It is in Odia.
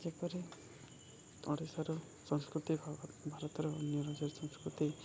ଯେପରି ଓଡ଼ିଶାର ସଂସ୍କୃତି ଭାରତର ଅନ୍ୟ ରାଜ ସଂସ୍କୃତି